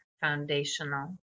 foundational